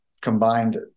Combined